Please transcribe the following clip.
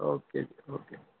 okay ਜੀ okay